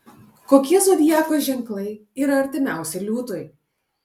kokie zodiako ženklai yra artimiausi liūtui